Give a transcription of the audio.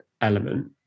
element